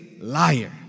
liar